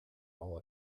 all